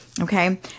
okay